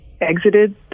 exited